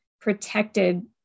protected